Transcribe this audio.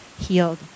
healed